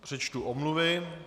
Přečtu omluvy.